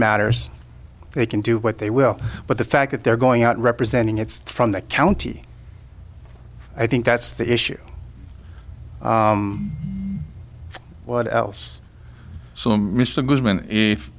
matters they can do what they will but the fact that they're going out representing it's from the county i think that's the issue what else so mr